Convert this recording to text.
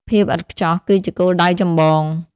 ភាពឥតខ្ចោះគឺជាគោលដៅចម្បង។